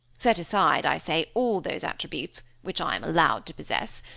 set aside, i say, all those attributes, which i am allowed to possess,